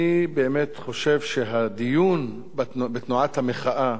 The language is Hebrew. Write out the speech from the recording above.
אני חושב שהדיון בתנועת המחאה